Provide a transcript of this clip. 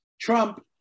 Trump